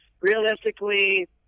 realistically